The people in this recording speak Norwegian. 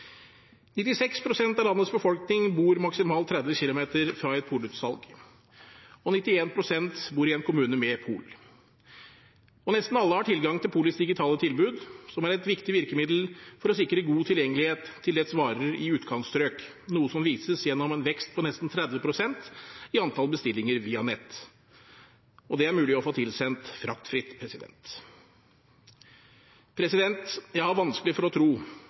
pst. av landets befolkning bor maksimalt 30 kilometer fra et polutsalg. 91 pst. bor i en kommune med pol. Nesten alle har tilgang til polets digitale tilbud, som er et viktig virkemiddel for å sikre utkantstrøk god tilgjengelighet til polets varer, noe som vises gjennom en vekst på nesten 30 pst. i antall bestillinger via nett. Det er mulig å få tilsendt fraktfritt. Jeg har vanskelig for å tro